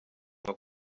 nka